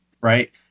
right